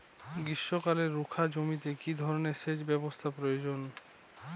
গ্রীষ্মকালে রুখা জমিতে কি ধরনের সেচ ব্যবস্থা প্রয়োজন?